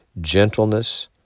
gentleness